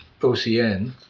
ocn